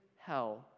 hell